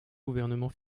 gouvernement